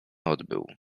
odbył